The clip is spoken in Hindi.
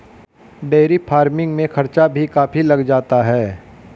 डेयरी फ़ार्मिंग में खर्चा भी काफी लग जाता है